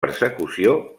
persecució